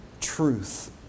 truth